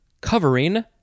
covering